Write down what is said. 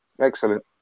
Excellent